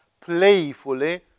playfully